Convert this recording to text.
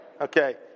okay